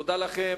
תודה לכם.